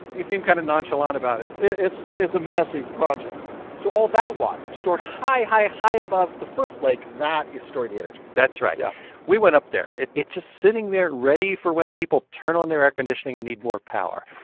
you seem kind of nonchalant about it it's it's a massive project so all that water stored high, high, high above the first lake, that is storing the energy? that's right. yeah we we went up there. it's just sitting there ready for when people turn on their air conditioning and need more power.